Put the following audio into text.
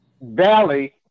Valley